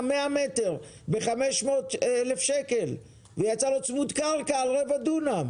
100 מטר ב-500,000 שקל ויצא לו צמוד קרקע על רבע דונם.